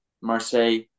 Marseille